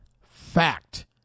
Fact